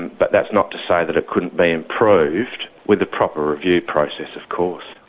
but that's not to say that it couldn't be improved with a proper review process, of course.